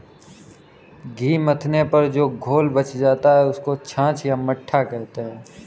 घी मथने पर जो घोल बच जाता है, उसको छाछ या मट्ठा कहते हैं